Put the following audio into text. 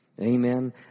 Amen